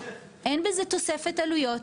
אין בזה תוספת עלויות,